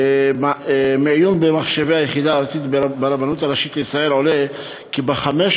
מעיון במחשבי היחידה הארצית ברבנות הראשית לישראל עולה כי בחמש